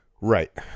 Right